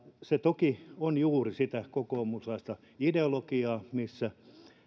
se toki on juuri sitä kokoomuslaista ideologiaa missä